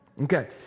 Okay